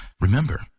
remember